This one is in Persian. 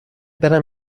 برم